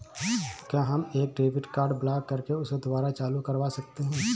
क्या हम एक डेबिट कार्ड ब्लॉक करके उसे दुबारा चालू करवा सकते हैं?